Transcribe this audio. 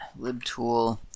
LibTool